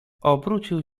obrócił